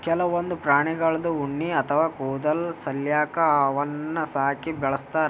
ಕೆಲವೊಂದ್ ಪ್ರಾಣಿಗಳ್ದು ಉಣ್ಣಿ ಅಥವಾ ಕೂದಲ್ ಸಲ್ಯಾಕ ಅವನ್ನ್ ಸಾಕಿ ಬೆಳಸ್ತಾರ್